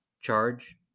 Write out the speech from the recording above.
charge